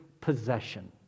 possession